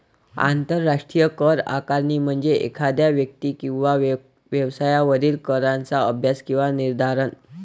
आंतरराष्ट्रीय कर आकारणी म्हणजे एखाद्या व्यक्ती किंवा व्यवसायावरील कराचा अभ्यास किंवा निर्धारण